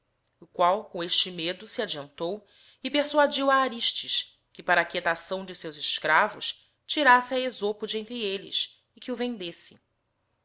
o qual com este medo se adiantou e peisuadio a aristes que pwra quietação dí seus escravos tirasse a esopo de enlre elies e que o vendesse